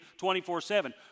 24-7